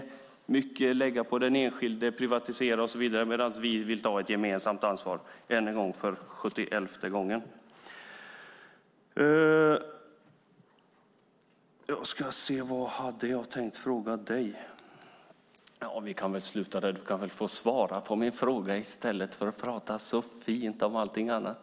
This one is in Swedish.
Det handlar mycket om att lägga på den enskilde, om att privatisera och så vidare, medan vi vill ta ett gemensamt ansvar - för sjuttioelfte gången. Jag kan sluta där. Du kan få svara på min fråga i stället för att så fint prata om allt annat.